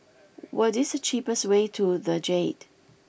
what is the cheapest way to The Jade